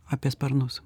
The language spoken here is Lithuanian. apie sparnus